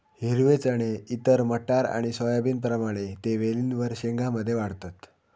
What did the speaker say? हिरवे चणे इतर मटार आणि सोयाबीनप्रमाणे ते वेलींवर शेंग्या मध्ये वाढतत